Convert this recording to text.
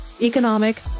economic